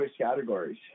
categories